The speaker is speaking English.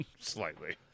Slightly